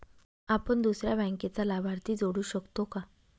आपण दुसऱ्या बँकेचा लाभार्थी जोडू शकतो का?